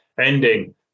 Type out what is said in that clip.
Ending